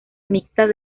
mixtas